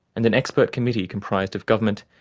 and an expert committee comprised of government,